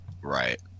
right